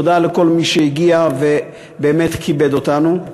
תודה לכל מי שהגיע ובאמת כיבד אותנו.